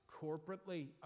corporately